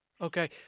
Okay